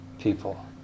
people